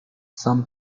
some